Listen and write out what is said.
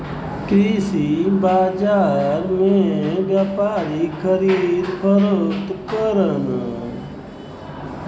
कृषि बाजार में व्यापारी खरीद फरोख्त करलन